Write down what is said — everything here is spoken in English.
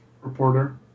reporter